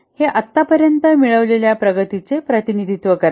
हे आतापर्यंत मिळविलेल्या प्रगतीचे प्रतिनिधित्व करते